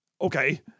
Okay